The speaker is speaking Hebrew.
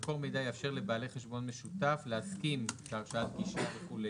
"מקור מידע יאפשר לבעלי חשבון משותף להסכים שההרשאה וכולי".